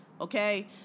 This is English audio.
okay